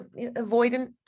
avoidant